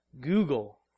Google